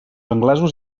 anglesos